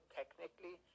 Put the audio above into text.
technically